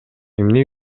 эмне